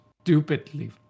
stupidly